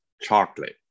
chocolate